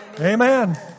Amen